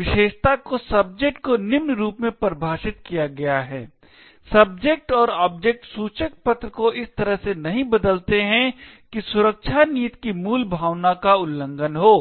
विशेषता को सब्जेक्ट को निम्न रूप में परिभाषित किया गया है सब्जेक्ट और ऑब्जेक्ट सूचक पत्र को इस तरह से नहीं बदलते हैं कि सुरक्षा नीति की मूल भावना का उल्लंघन हो